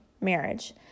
marriage